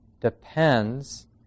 depends